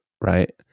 right